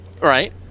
Right